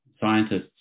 scientists